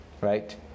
right